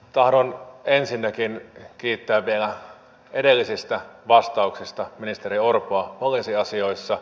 tahdon ensinnäkin kiittää vielä edellisistä vastauksista ministeri orpoa poliisiasioissa